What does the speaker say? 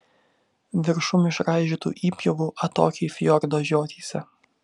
viršum išraižytų įpjovų atokiai fjordo žiotyse